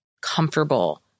comfortable